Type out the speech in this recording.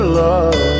love